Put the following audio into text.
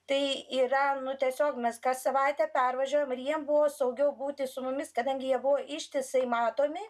tai yra nu tiesiog mes kas savaitę pervažiuojam ir jiems buvo saugiau būti su mumis kadangi jie buvo ištisai matomi